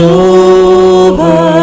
over